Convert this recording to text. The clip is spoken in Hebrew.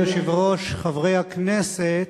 אדוני היושב-ראש, חברי הכנסת,